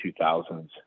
2000s